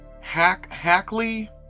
Hackley